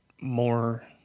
more